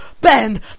Ben